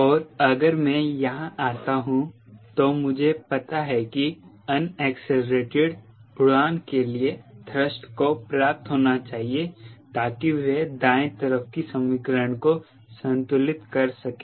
और अगर मैं यहां आता हूं तो मुझे पता है कि अनएक्सीलरेटेड उड़ान के लिए थ्रस्ट को पर्याप्त होना चाहिए ताकि वह दाएं तरफ की समीकरण को संतुलित कर सकें